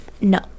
No